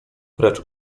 precz